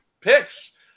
picks